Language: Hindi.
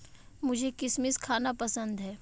मुझें किशमिश खाना पसंद है